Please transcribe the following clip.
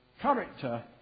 Character